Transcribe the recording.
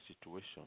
situation